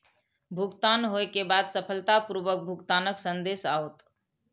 भुगतान होइ के बाद सफलतापूर्वक भुगतानक संदेश आओत